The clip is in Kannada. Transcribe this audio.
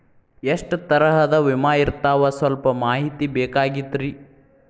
ಎಷ್ಟ ತರಹದ ವಿಮಾ ಇರ್ತಾವ ಸಲ್ಪ ಮಾಹಿತಿ ಬೇಕಾಗಿತ್ರಿ